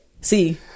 See